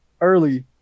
early